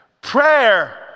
Prayer